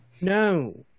No